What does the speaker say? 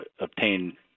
obtain